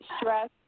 stress